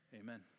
Amen